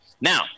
Now